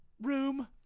room